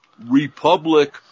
republic